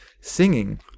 singing